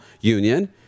union